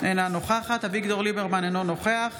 אינה נוכחת אביגדור ליברמן, אינו נוכח